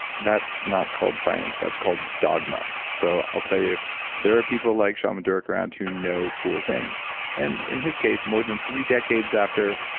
that's not called science. that's called dogma. so i'll tell you there are people like shaman durek around who know cool things. and in his case, more than three decades after